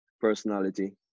personality